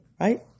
right